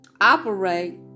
operate